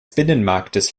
binnenmarktes